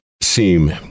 seem